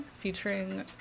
featuring